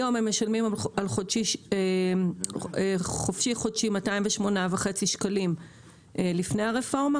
היום הם משלמים על חופשי-חודשי 208.5 שקלים לפני הרפורמה,